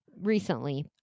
recently